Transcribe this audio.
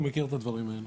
הוא מכיר את הדברים האלה.